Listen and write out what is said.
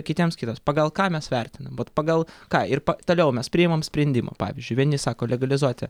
kitiems kitos pagal ką mes vertinam vat pagal ką ir toliau mes priimam sprendimą pavyzdžiui vieni sako legalizuoti